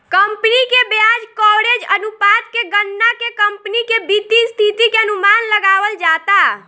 company के ब्याज coverage अनुपात के गणना के कंपनी के वित्तीय स्थिति के अनुमान लगावल जाता